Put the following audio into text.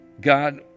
God